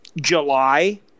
July